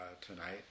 tonight